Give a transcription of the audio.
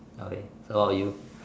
okay so or you